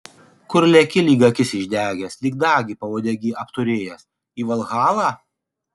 kur leki lyg akis išdegęs lyg dagį pauodegy apturėjęs į valhalą